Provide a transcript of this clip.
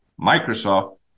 Microsoft